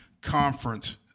conference